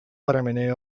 paremini